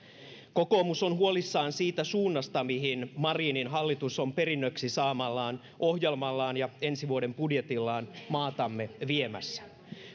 kokoomus on huolissaan siitä suunnasta mihin marinin hallitus on perinnöksi saamallaan ohjelmallaan ja ensi vuoden budjetillaan maatamme viemässä